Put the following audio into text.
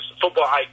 football